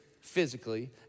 physically